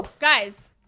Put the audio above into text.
guys